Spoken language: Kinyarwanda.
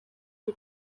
iyi